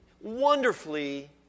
wonderfully